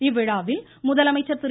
இவ்விழாவில் முதலமைச்சர் திரு